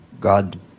God